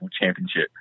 Championship